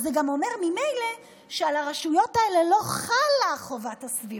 אז זה גם אומר ממילא שעל הרשויות האלה לא חלה חובת הסבירות.